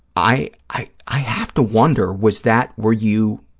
i, i i have to wonder, was that where you,